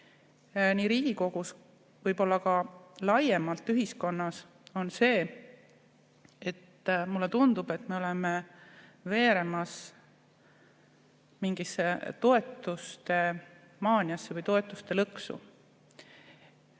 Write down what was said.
Riigikogus kui võib-olla ka laiemalt ühiskonnas, on see, et mulle tundub, nagu me oleksime veeremas mingisse toetuste maaniasse või toetuste lõksu.